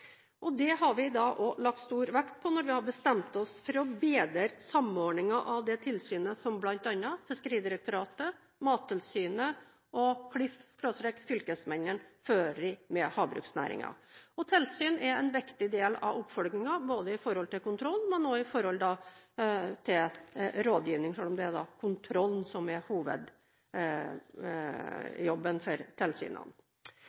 enhetlig. Det har vi da også lagt stor vekt på når vi har bestemt oss for å bedre samordningen av det tilsynet som bl.a. Fiskeridirektoratet, Mattilsynet og Klif/fylkesmennene fører med havbruksnæringen. Tilsyn er en viktig del av oppfølgingen når det gjelder kontroll, men også når det gjelder rådgivning, selv om det er kontrollen som er